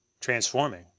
transforming